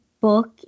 book